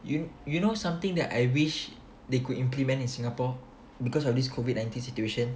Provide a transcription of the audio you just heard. you you know something that I wish they could implement in Singapore because of this COVID nineteen situation